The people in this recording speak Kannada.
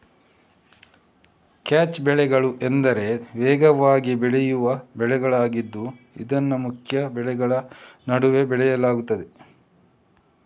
ಕ್ಯಾಚ್ ಬೆಳೆಗಳು ಎಂದರೆ ವೇಗವಾಗಿ ಬೆಳೆಯುವ ಬೆಳೆಗಳಾಗಿದ್ದು ಇದನ್ನು ಮುಖ್ಯ ಬೆಳೆಗಳ ನಡುವೆ ಬೆಳೆಯಲಾಗುತ್ತದೆ